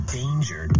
danger